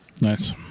Nice